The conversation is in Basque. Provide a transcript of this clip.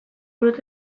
burutu